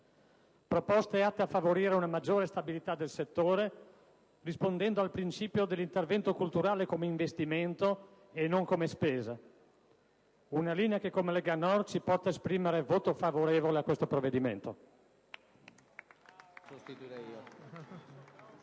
Proposte atte a favorire una maggiore stabilità del settore, rispondendo al principio dell'intervento culturale come investimento e non come spesa. Una linea che come Lega Nord ci porta a esprimere voto favorevole a questo provvedimento.